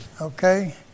Okay